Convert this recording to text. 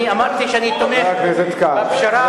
חבר הכנסת כץ.